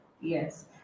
yes